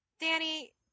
danny